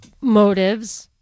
motives